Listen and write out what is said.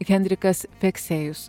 henrikas feksėjus